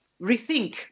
rethink